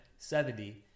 70